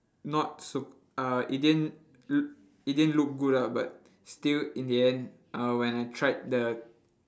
not so uh it didn't lo~ it didn't look good lah but still in the end uh when I tried the